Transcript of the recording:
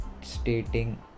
stating